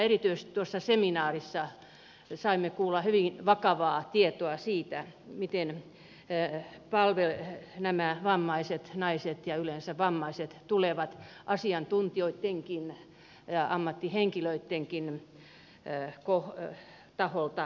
erityisesti tuossa seminaarissa saimme kuulla hyvin vakavaa tietoa siitä miten nämä vammaiset naiset ja yleensäkin vammaiset tulevat asiantuntijoittenkin ammattihenkilöittenkin taholta kohdelluiksi